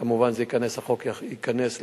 כמובן שהחוק ייכנס לתוקפו,